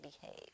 behave